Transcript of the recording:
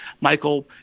Michael